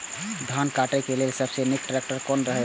धान काटय के लेल सबसे नीक ट्रैक्टर कोन रहैत?